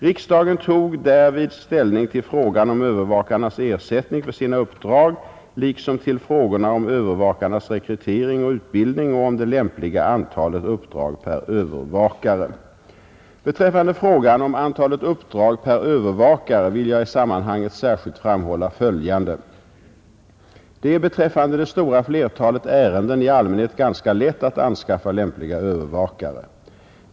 Riksdagen tog därvid ställning till frågan om övervakarnas ersättning för sina uppdrag liksom till frågorna om övervakarnas rekrytering och utbildning och om det lämpliga antalet uppdrag per övervakare. Beträffande frågan om antalet uppdrag per övervakare vill jag i sammanhanget särskilt framhålla följande. Det är beträffande det stora flertalet ärenden i allmänhet ganska lätt att anskaffa lämpliga övervakare.